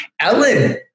ellen